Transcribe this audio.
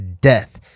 Death